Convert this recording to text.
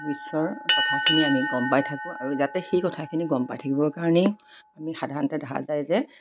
বিশ্বৰ কথাখিনি আমি গম পাই থাকোঁ আৰু যাতে সেই কথাখিনি গম পাই থাকিবৰ কাৰণেই আমি সাধাৰণতে দেখা যায় যে